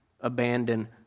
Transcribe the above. abandon